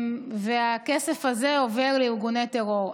ושהכסף הזה עובר לארגוני טרור.